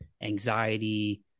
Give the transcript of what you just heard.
anxiety